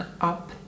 up